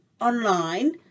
online